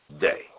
day